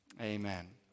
Amen